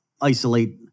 isolate